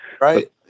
right